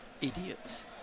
Idiots